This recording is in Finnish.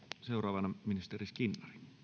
seuraavana ministeri skinnari